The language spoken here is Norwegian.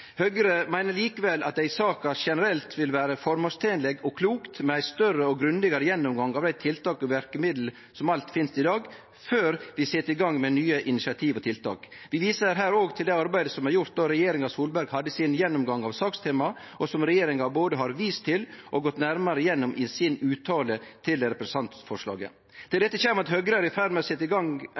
Høgre meiner likevel at det generelt i saka vil vere føremålstenleg og klokt med ein større og grundigare gjennomgang av dei tiltaka og verkemiddela som finst allereie i dag, før vi set i gang med nye initiativ og tiltak. Vi viser her òg til det arbeidet som blei gjort då Solberg-regjeringa hadde sin gjennomgang av sakstemaet, og som regjeringa både har vist til og gått nærmare gjennom i sin uttale til representantforslaget. Til dette kjem at Høgre er i ferd med å setje i gang